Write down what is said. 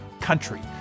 country